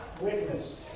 Witness